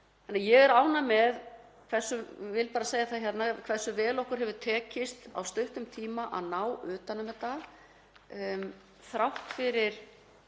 hérna, hversu vel okkur hefur tekist á stuttum tíma að ná utan um þetta þrátt fyrir